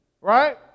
Right